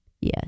Yes